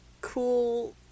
cool